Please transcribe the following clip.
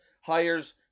hires